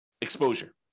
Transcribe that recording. exposure